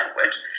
language